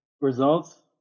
results